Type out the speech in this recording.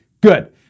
Good